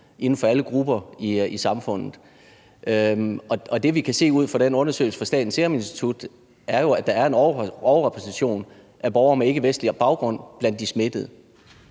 inden for alle grupper i samfundet, og det, som vi kan se ud fra den undersøgelse fra Statens Serum Institut, er jo, at der er en overrepræsentation af borgere med ikkevestlig baggrund blandt de smittede.